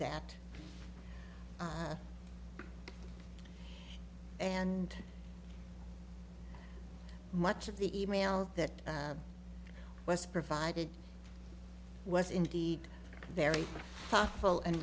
that and much of the e mail that was provided was indeed very thoughtful and